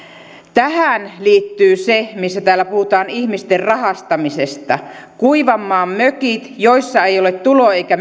tähän liittyy se mistä täällä puhutaan ihmisten rahastaminen kuivanmaan mökit joissa ei ole tulo eikä